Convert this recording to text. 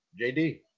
JD